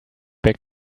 back